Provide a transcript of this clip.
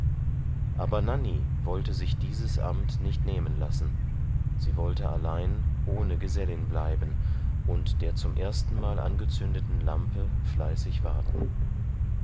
aber nanny wollte sich dieses amt nicht nehmen lassen sie wollte allein ohne gesellin bleiben und der zum erstenmal angezündeten lampe fleißig warten